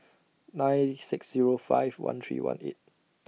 nine six Zero five one three one eight